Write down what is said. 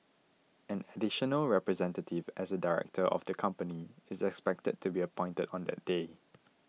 an additional representative as a director of the company is expected to be appointed on that day